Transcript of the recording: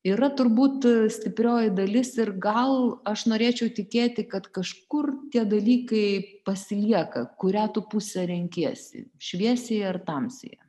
yra turbūt stiprioji dalis ir gal aš norėčiau tikėti kad kažkur tie dalykai pasilieka kurią tu pusę renkiesi šviesiąją ar tamsiąją